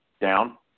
down